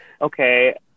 okay